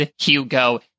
Hugo